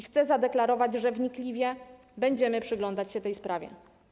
Chcę zadeklarować, że wnikliwie będziemy przyglądać się tej sprawie.